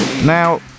Now